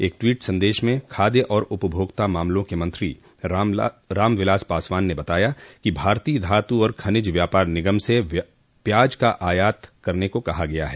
एक ट्वीट संदेश में खाद्य और उपभोक्ता मामलों के मंत्री रामविलास पासवान ने बताया कि भारतीय धातु और खनिज व्यापार निगम से प्याज का आयात करने को कहा गया है